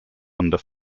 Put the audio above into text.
under